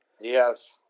Yes